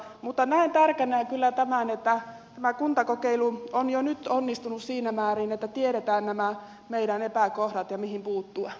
mutta näen tärkeänä kyllä tämän että tämä kuntakokeilu on jo nyt onnistunut siinä määrin että tiedetään nämä meidän epäkohdat ja se mihin puuttua